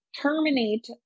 terminate